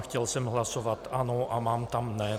Chtěl jsem hlasovat ano, a mám tam ne.